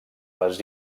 les